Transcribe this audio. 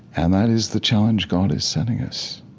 and that is the challenge god is setting us,